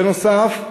בנוסף,